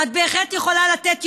"את בהחלט יכולה לתת יומיים"